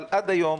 אבל עד היום,